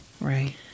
Right